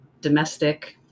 domestic